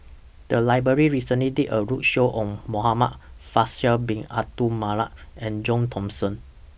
The Library recently did A roadshow on Muhamad Faisal Bin Abdul Manap and John Thomson